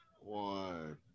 One